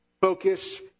focus